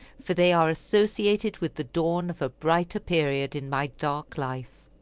for they are associated with the dawn of a brighter period in my dark life.